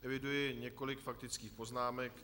Eviduji několik faktických poznámek.